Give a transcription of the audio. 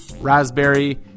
raspberry